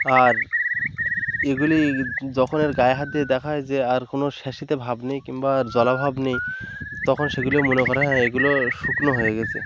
আর এগুলি যখন এর গায়ে হাত দিয়ে দেখা হয় যে আর কোনো স্যাঁতস্যাঁতে ভাব নেই কিংবা জলা ভাব নেই তখন সেগুলি মনে করা হয় এগুলো শুকনো হয়ে গিয়েছে